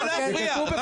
לא להפריע.